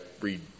read